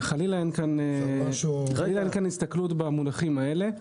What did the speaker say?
חלילה, אין כאן הסתכלות במונחים האלה.